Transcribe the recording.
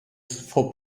for